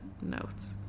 notes